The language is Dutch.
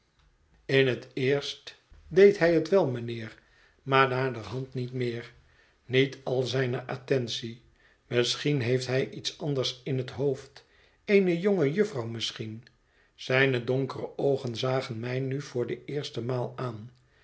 in het eerst eet verlaten huis deed hij het wel mijnheer maar naderhand niet meer niet al zijne attentie misschien heeft hij iets anders in het hoofd eene jonge jufvrouw misschien zijne donkere oogen zagen mij nu voor de eerste maal aan